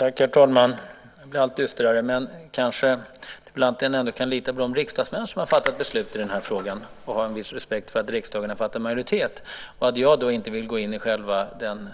Herr talman! Det blir allt dystrare, men kanske interpellanten ändå kan lita på de riksdagsmän som har fattat beslut i den här frågan samt ha en viss respekt för riksdagens majoritet och för att jag då inte vill gå in i själva den